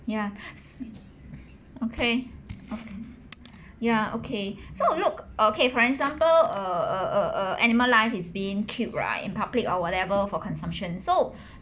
ya okay o~ ya okay so it look okay for example err err err err animal life is being killed right in public or whatever for consumption so